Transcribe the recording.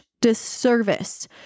disservice